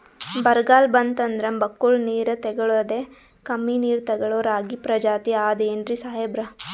ಬರ್ಗಾಲ್ ಬಂತಂದ್ರ ಬಕ್ಕುಳ ನೀರ್ ತೆಗಳೋದೆ, ಕಮ್ಮಿ ನೀರ್ ತೆಗಳೋ ರಾಗಿ ಪ್ರಜಾತಿ ಆದ್ ಏನ್ರಿ ಸಾಹೇಬ್ರ?